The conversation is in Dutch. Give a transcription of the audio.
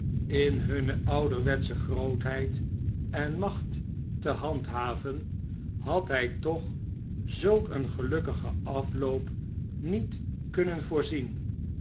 in hunne ouderwetsche grootheid en macht te handhaven had hij toch zulk een gelukkigen afloop niet kunnen voorzien